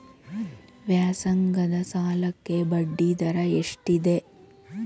ವ್ಯಾಸಂಗದ ಸಾಲಕ್ಕೆ ಬಡ್ಡಿ ದರ ಎಷ್ಟಿದೆ?